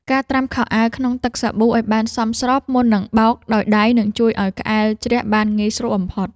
ការត្រាំខោអាវក្នុងទឹកសាប៊ូឱ្យបានសមស្របមុននឹងបោកដោយដៃនឹងជួយឱ្យក្អែលជ្រះបានងាយស្រួលបំផុត។